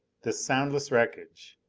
this soundless wreckage!